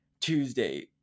tuesday